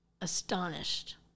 astonished